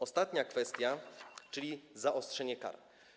Ostatnia kwestia, czyli zaostrzenie kar.